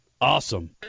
Awesome